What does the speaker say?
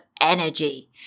energy